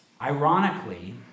Ironically